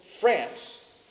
France